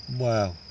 Wow